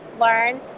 learn